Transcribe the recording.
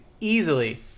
easily